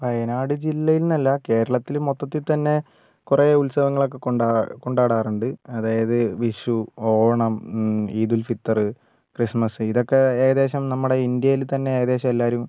വയനാട് ജില്ലയിൽന്നല്ല കേരളത്തിൽ മൊത്തത്തിൽ തന്നെ കുറെ ഉത്സവങ്ങളൊക്കെ കൊണ്ടാടാ കൊണ്ടാടാറുണ്ട് അതായത് വിഷു ഓണം ഈദുൽഫിത്തറ് ക്രിസ്മസ് ഇതൊക്കെ ഏകദേശം ഇന്ത്യയിൽ തന്നെ ഏകദേശം എല്ലാരും